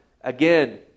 again